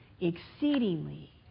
exceedingly